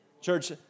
Church